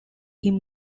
him